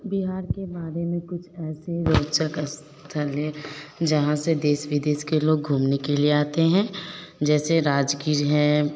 बिहार के बारे में कुछ ऐसे रोचक स्थल है जहाँ से देश विदेश के लोग घूमने के लिए आते हैं जैसे राजगिर है